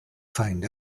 find